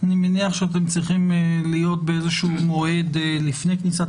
אני מניח שאתם צריכים להיות באיזשהו מועד לפני כניסת